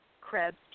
Krebs